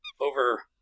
over